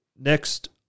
Next